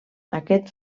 aquest